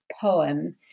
poem